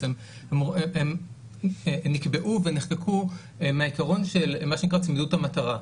בעצם הן נקבעו ונחקקו מהעיקרון של מה שנקרא צמידות המטרה,